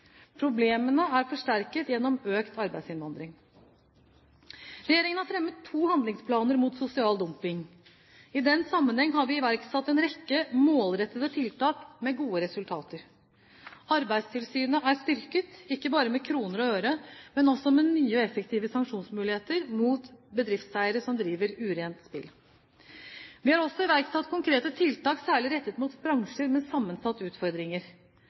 Problemene er forsterket gjennom økt arbeidsinnvandring. Regjeringen har fremmet to handlingsplaner mot sosial dumping. I den sammenheng har vi iverksatt en rekke målrettede tiltak med gode resultater. Arbeidstilsynet er styrket – ikke bare med kroner og øre, men også med nye og effektive sanksjonsmuligheter mot bedriftseiere som driver urent spill. Vi har også iverksatt konkrete tiltak særlig rettet mot bransjer med sammensatte utfordringer.